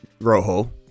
Rojo